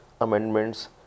amendments